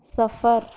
سفر